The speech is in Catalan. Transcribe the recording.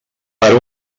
per